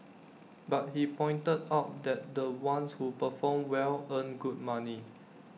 but he pointed out that the ones who perform well earn good money